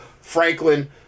Franklin